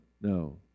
no